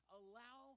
allow